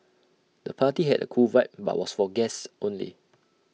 the party had A cool vibe but was for guests only